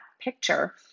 picture –